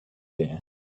there